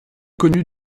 connues